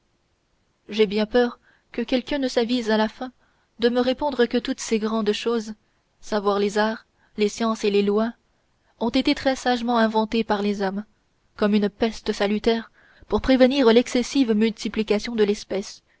j'ai bien peur que quelqu'un ne s'avise à la fin de me répondre que toutes ces grandes choses savoir les arts les sciences et les lois ont été très sagement inventées par les hommes comme une peste salutaire pour prévenir l'excessive multiplication de l'espèce